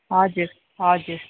हजुर हजुर